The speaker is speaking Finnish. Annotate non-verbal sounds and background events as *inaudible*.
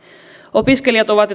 opiskelijat ovat *unintelligible*